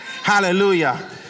Hallelujah